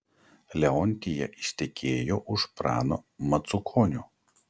leontija ištekėjo už prano macukonio